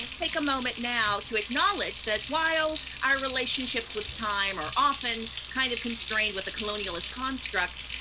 take a moment now to acknowledge that while our relationships with time are often kind of constrained with a colonialist construct,